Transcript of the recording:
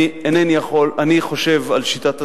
אני חושב על שיטת הזרמים,